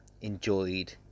enjoyed